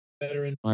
Veteran